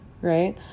right